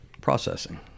processing